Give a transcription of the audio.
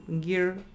gear